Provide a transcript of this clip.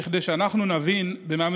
כדי שנבין במה מדובר.